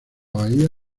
bahía